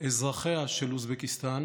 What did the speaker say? אזרחיה של אוזבקיסטן